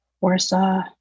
Warsaw